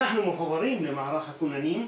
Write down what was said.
אנחנו מחוברים למערך הכוננים,